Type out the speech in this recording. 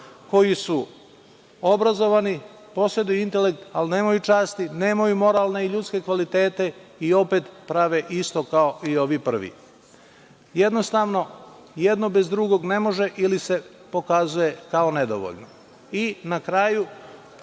koji su obrazovani, poseduju intelekt, ali nemaju časti, nemaju moralne i ljudske kvalitete i opet prave isto kao i ovi prvi. Jednostavno, jedno bez drugog ne može ili se pokazuje kao nedovoljno. Na kraju,